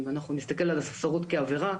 אם אנחנו נסתכל על הספסרות כעבירה,